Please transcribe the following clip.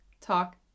talk